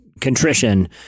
contrition